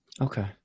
okay